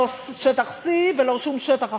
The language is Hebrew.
לא שטח C ולא שום שטח אחר,